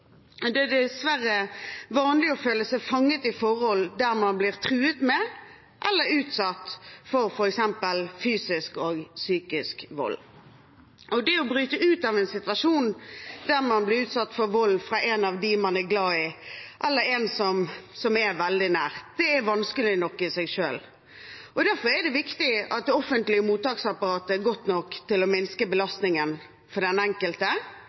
dessverre vanlig å føle seg fanget i forhold der man blir truet med eller utsatt for f.eks. fysisk og psykisk vold. Det å bryte ut av en situasjon der man blir utsatt for vold fra en av dem man er glad i, eller en som er veldig nær, er vanskelig nok i seg selv. Derfor er det viktig at det offentlige mottaksapparatet er godt nok til å minske belastningen for den enkelte